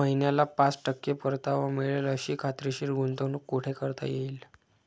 महिन्याला पाच टक्के परतावा मिळेल अशी खात्रीशीर गुंतवणूक कुठे करता येईल?